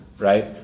right